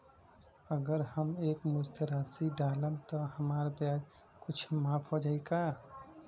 अगर हम एक मुस्त राशी डालब त हमार ब्याज कुछ माफ हो जायी का?